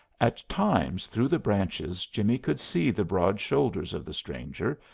at times through the branches jimmie could see the broad shoulders of the stranger,